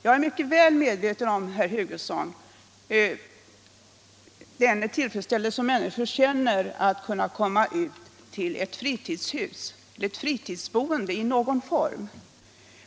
Jag är mycket väl medveten om, herr Hugosson, den tillfredsställelse som människor känner över att kunna komma ut till ett fritidsboende i någon form.